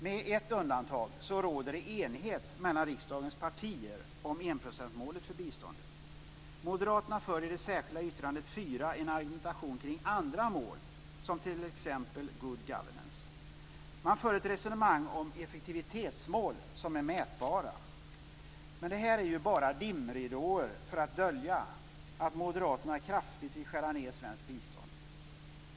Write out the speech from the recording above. Med ett undantag råder det enighet mellan riksdagens partier om enprocentsmålet för biståndet. Moderaterna för i det särskilda yttrandet 4 en argumentation kring andra mål som t.ex. good governance. De för ett resonemang om effektivitetsmål som är mätbara. Men det här är ju bara dimridåer för att dölja att Moderaterna kraftigt vill skära ned i svenskt bistånd.